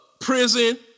prison